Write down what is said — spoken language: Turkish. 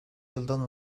yıldan